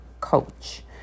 coach